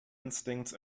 instincts